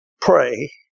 Pray